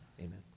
Amen